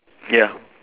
ya